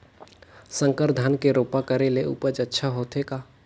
संकर धान के रोपा करे ले उपज अच्छा होथे का?